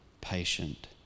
patient